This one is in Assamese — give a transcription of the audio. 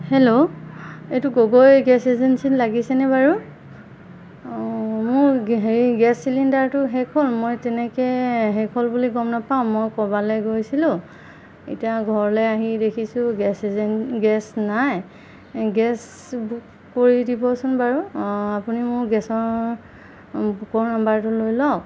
হেল্ল' এইটো গগৈ গেছ এজেঞ্চীত লাগিছেনে বাৰু অঁ মোৰ হেৰি গেছ চিলিণ্ডাৰটো শেষ হ'ল মই তেনেকৈ শেষ হ'ল বুলি গম নাপাওঁ মই ক'ৰবালৈ গৈছিলোঁ এতিয়া ঘৰলৈ আহি দেখিছোঁ গেছ এজেন গেছ নাই এই গেছ বুক কৰি দিবচোন বাৰু আপুনি মোৰ গেছৰ বুকৰ নাম্বাৰটো লৈ লওক